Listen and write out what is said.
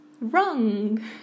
wrong